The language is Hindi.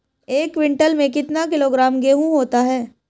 एक क्विंटल में कितना किलोग्राम गेहूँ होता है?